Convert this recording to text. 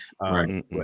Right